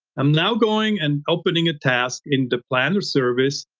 i'm now going and opening a task in the planner service.